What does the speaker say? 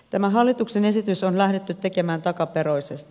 tämä hallituksen esitys on lähdetty tekemään takaperoisesti